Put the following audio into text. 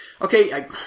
okay